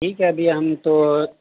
ٹھیک ہے ابھی ہم تو